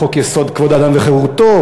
חוק-יסוד: כבוד האדם וחירותו,